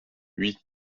huit